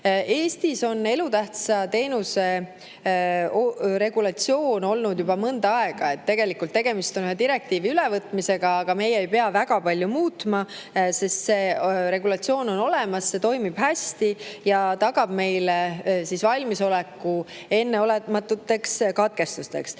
Eestis on elutähtsa teenuse regulatsioon olnud juba mõnda aega. Tegemist on ühe direktiivi ülevõtmisega, aga meie ei pea väga palju muutma, sest see regulatsioon on olemas, see toimib hästi ja tagab meile valmisoleku enneolematuteks katkestusteks. Mis